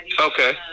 Okay